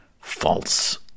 false